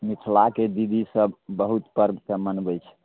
मिथिलाके दीदीसभ बहुत परब सब मनबै छै